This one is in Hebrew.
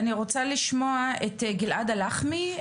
אני רוצה לשמוע את גלעד הלחמי,